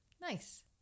Nice